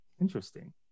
interesting